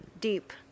Deep